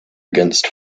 against